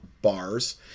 bars